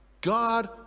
God